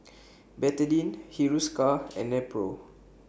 Betadine Hiruscar and Nepro